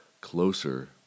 closer